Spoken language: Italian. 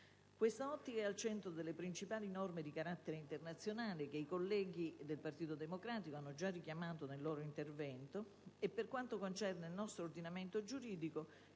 Questa ottica è al centro delle principali norme di carattere internazionale che i colleghi del Partito Democratico hanno già richiamato nei loro interventi e, per quanto concerne il nostro ordinamento giuridico,